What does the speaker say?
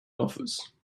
office